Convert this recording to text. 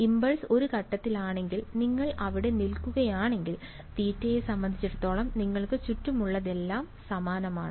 impulse ഒരു ഘട്ടത്തിലാണെങ്കിൽ നിങ്ങൾ അവിടെ നിൽക്കുകയാണെങ്കിൽ തീറ്റയെ സംബന്ധിച്ചിടത്തോളം നിങ്ങൾക്ക് ചുറ്റുമുള്ളതെല്ലാം സമാനമാണ്